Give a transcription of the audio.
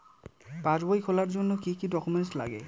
পাসবই খোলার জন্য কি কি ডকুমেন্টস লাগে?